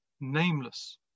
nameless